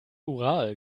ural